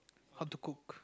how to cook